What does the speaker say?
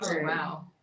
Wow